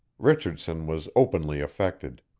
richardson was openly affected.